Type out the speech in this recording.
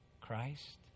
Christ